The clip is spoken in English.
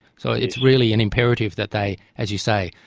so it's really an imperative that they, as you say,